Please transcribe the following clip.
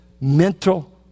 mental